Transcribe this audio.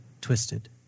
Twisted